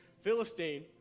Philistine